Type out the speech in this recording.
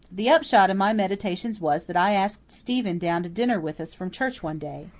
the upshot of my meditations was that i asked stephen down to dinner with us from church one day.